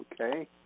okay